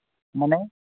ᱢᱟᱱᱮ